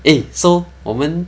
eh so 我们